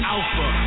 Alpha